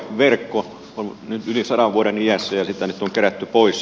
kupariverkko on nyt yli sadan vuoden iässä ja sitä nyt on kerätty pois